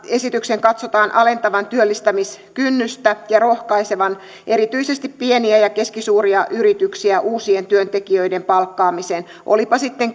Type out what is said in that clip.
esityksen katsotaan alentavan työllistämiskynnystä ja rohkaisevan erityisesti pieniä ja keskisuuria yrityksiä uusien työntekijöiden palkkaamiseen olipa sitten